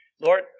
Lord